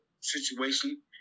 situation